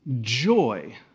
joy